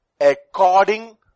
according